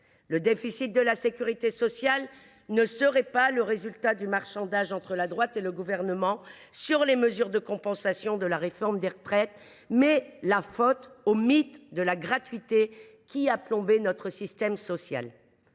Le déficit de la sécurité sociale serait le résultat non pas du marchandage entre la droite et le Gouvernement sur les mesures de compensation de la réforme des retraites, mais du « mythe de la gratuité » qui « a plombé notre système social